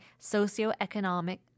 socioeconomic